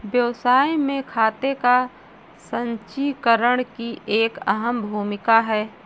व्यवसाय में खाते का संचीकरण की एक अहम भूमिका है